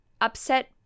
upset